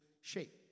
shape